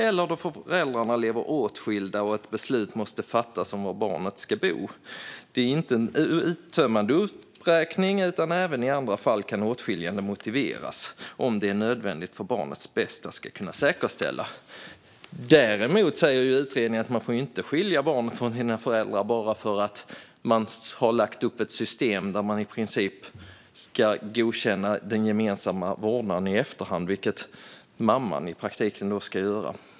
eller då föräldrarna lever åtskilda och ett beslut måste fattas om var barnet ska bo. Det är inte en uttömmande uppräkning, utan även i andra fall kan ett åtskiljande motiveras, om det är nödvändigt för att barnets bästa ska kunna säkerställas." Däremot säger utredningen att barnet inte får skiljas från sina föräldrar bara för att det har lagts upp ett system där den gemensamma vårdnaden i princip ska godkännas i efterhand, vilket mamman i praktiken då ska göra.